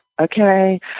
Okay